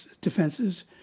defenses